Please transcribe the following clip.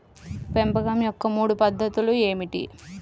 పెంపకం యొక్క మూడు పద్ధతులు ఏమిటీ?